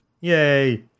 Yay